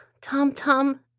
Tom-Tom